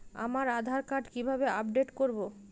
আমার আধার কার্ড কিভাবে আপডেট করব?